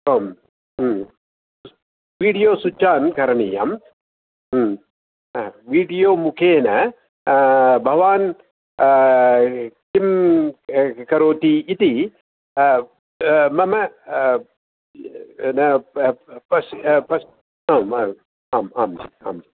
ओं हा video switch on करणीयं video मुखेन भवान् किं करोति इति मम न प पश् पश् आम् आमं जि आं जि